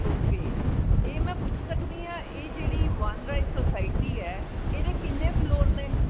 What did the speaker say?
okay ਇਹ ਮੈਂ ਪੁੱਛ ਸਕਦੀ ਹਾਂ ਇਹ ਜਿਹੜੀ ਵਨ ਰਾਈਜ਼ ਸੋਸਾਇਟੀ ਹੈ ਇਹਦੇ ਕਿੰਨੇ ਫਲੋਰ ਨੇ